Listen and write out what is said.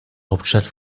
hauptstadt